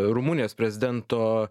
rumunijos prezidento